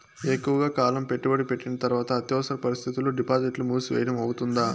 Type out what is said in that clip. ఎక్కువగా కాలం పెట్టుబడి పెట్టిన తర్వాత అత్యవసర పరిస్థితుల్లో డిపాజిట్లు మూసివేయడం అవుతుందా?